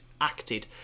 acted